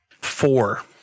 four